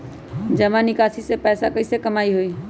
जमा निकासी से पैसा कईसे कमाई होई?